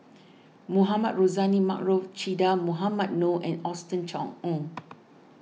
Mohamed Rozani Maarof Che Dah Mohamed Noor and Austen Ong